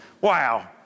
wow